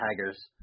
Tigers